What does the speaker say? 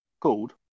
called